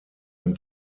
ein